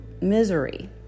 misery